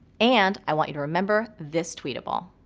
and i want you to remember this tweetable.